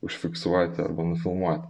užfiksuoti arba nufilmuoti